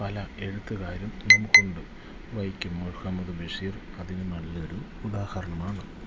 പല എഴുത്തുകാരും നമുക്കുണ്ട് വൈക്കം മുഹമ്മദ് ബഷീർ അതിന് നല്ലൊരു ഉദാഹരണമാണ്